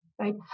right